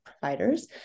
providers